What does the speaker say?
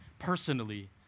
personally